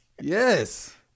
yes